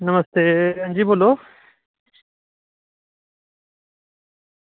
नमस्ते हां जी बोलो